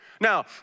Now